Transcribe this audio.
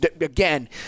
Again